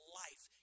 life